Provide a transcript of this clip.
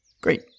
Great